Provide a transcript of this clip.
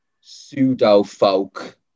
pseudo-folk